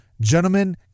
Gentlemen